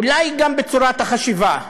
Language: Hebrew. אולי גם בצורת החשיבה,